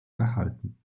erhalten